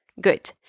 Good